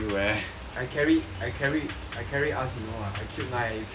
I carry I carry I carry us you know ah I killed nine you killed zero